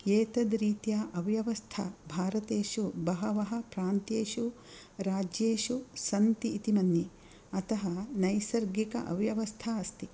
एतद्रीत्या अव्यवस्था भारतेषु बवहः प्रान्त्येषु राज्येषु सन्ति इति मन्ये अतः नैसर्गिक अव्यवस्था अस्ति